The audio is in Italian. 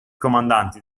comandanti